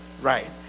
Right